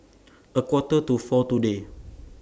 A Quarter to four today